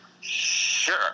Sure